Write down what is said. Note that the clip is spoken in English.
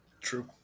true